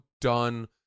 done